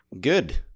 good